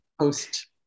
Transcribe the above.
post